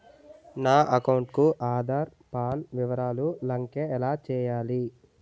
నా అకౌంట్ కు ఆధార్, పాన్ వివరాలు లంకె ఎలా చేయాలి?